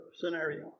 scenario